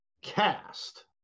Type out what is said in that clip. Cast